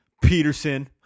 peterson